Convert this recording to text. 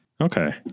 Okay